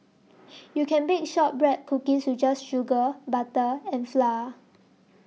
you can bake Shortbread Cookies just with sugar butter and flour